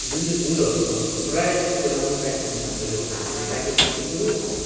त्यो जुन चाहिँ फुलहरू छ प्राय चाहिँ त्यो राम्रो प्याकेजमा नभएको कारणले प्याकेजिङ एकदमै